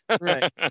right